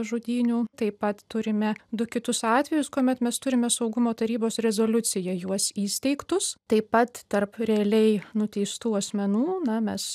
žudynių taip pat turime du kitus atvejus kuomet mes turime saugumo tarybos rezoliucija juos įsteigtus taip pat tarp realiai nuteistų asmenų na mes